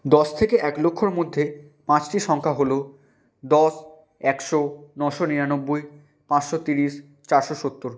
দশ থেকে এক লক্ষর মধ্যে পাঁচটি সংখ্যা হলো দশ একশো নশো নিরানব্বই পাঁশশো তিরিশ চারশো সত্তর